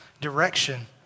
direction